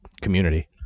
community